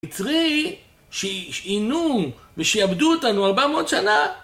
יצרי שעינו ושיעבדו אותנו 400 שנה